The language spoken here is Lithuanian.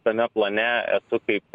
tame plane esu kaip